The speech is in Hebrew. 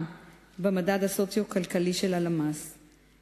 במדד הסוציו-אקונומי של הלשכה המרכזית לסטטיסטיקה.